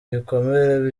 ibikomere